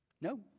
No